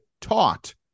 taught